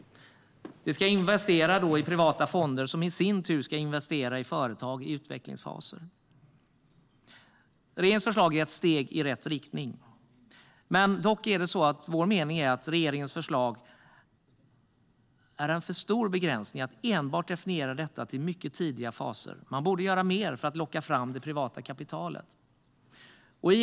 Det ska investera i privata fonder som i sin tur ska investera i företag i utvecklingsfaser. Regeringens förslag är ett steg i rätt riktning. Dock är det vår mening att regeringens förslag att inskränka detta enbart till mycket tidiga faser är en för stor begränsning. Man borde göra mer för att locka fram det privata kapitalet.